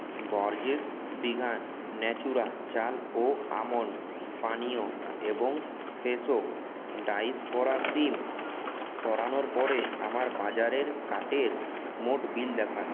Borges vegan Natura চাল ও almond পানীয় এবং ফ্রেশো ডাইসড করা শিম সরানোর পরে আমার বাজারের কার্টের মোট বিল দেখান